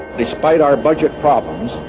despite our budget problems,